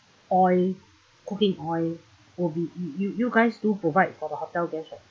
oil cooking oil will be you you you guys do provide for the hotel guests right